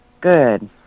Good